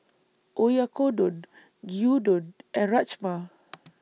Oyakodon Gyudon and Rajma